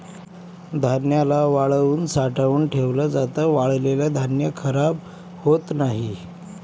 धान्याला वाळवून साठवून ठेवल जात, वाळलेल धान्य खराब होत नाही